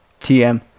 TM